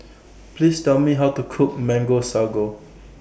Please Tell Me How to Cook Mango Sago